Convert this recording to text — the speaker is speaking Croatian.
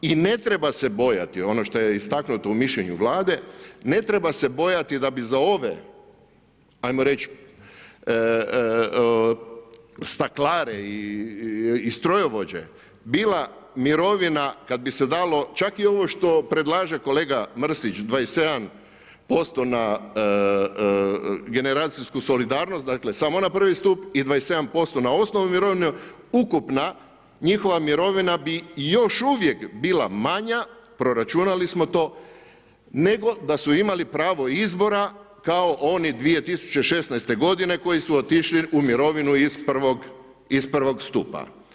I ne treba se bojati ono što je istaknuto u mišljenju Vlade, ne treba se bojati da bi za ove ajmo reć staklare i strojovođe bila mirovina kada bi se dalo čak i ovo što predlaže kolega Mrsić 27% na generacijsku solidarnost, dakle samo na prvi stup i 27% na osnovnu mirovinu, ukupna njihova mirovina bi još uvijek bila manja, proračunali smo nego da su imali pravo izbora kao oni 2016. godine koji su otišli u mirovinu iz prvog stupa.